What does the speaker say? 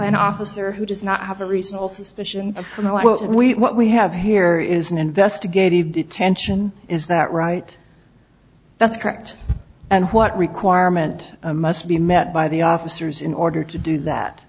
an officer who does not have a reasonable suspicion of what we what we have here is an investigative detention is that right that's correct and what requirement must be met by the officers in order to do